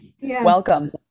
Welcome